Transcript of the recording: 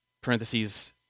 parentheses